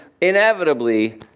inevitably